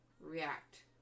react